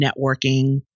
networking